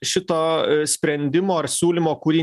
šito sprendimo ar siūlymo kurį